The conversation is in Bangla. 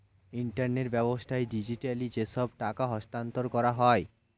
ইন্টারনেট ব্যাবস্থায় ডিজিটালি যেসব টাকা স্থানান্তর করা হয়